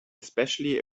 especially